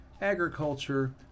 agriculture